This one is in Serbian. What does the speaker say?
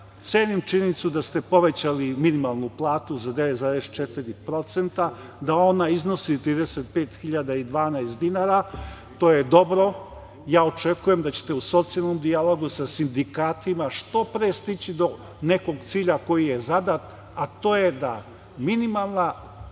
cenim činjenicu da ste povećali minimalnu platu za 9,4%, da ona iznosi 35.012 dinara. To je dobro. Ja očekujem da ćete u socijalnom dijalogu sa sindikatima što pre stići do nekog cilja koji je zadat, a to je da minimalna plana